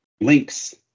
links